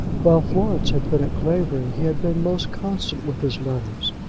while florence had been at clavering he had been most constant with his letters,